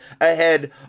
ahead